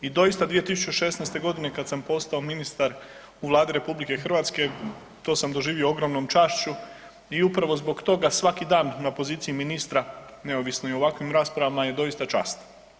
I doista, 2016. kad sam postao ministar u Vladi RH to sam doživio ogromnom čašću i upravo zbog toga svaki dan na poziciji ministra neovisno i u ovakvim raspravama je doista čast.